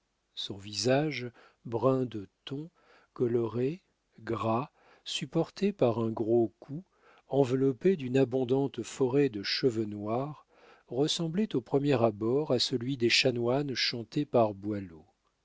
son visage brun de ton coloré gras supporté par un gros cou enveloppé d'une abondante forêt de cheveux noirs ressemblait au premier abord à celui des chanoines chantés par